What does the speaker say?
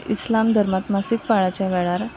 इस्लाम धर्मांत मासीक पाळयेच्या वेळार